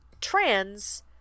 trans